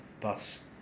Bus